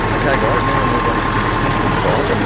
okay guys, now we move onto the painting side. i mean